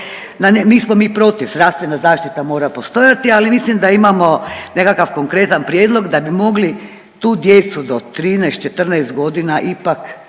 Nismo mi protiv, zdravstvena zaštita mora postojati, ali mislim da imamo nekakav konkretan prijedlog da bi mogli tu djecu do 13-14.g. ipak